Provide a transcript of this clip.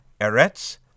Eretz